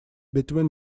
between